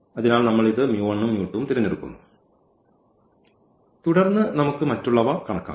അതിനാൽ നമ്മൾ ഇത് ഉം ഉം തിരഞ്ഞെടുത്തു തുടർന്ന് നമുക്ക് മറ്റുള്ളവ കണക്കാക്കാം